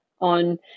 on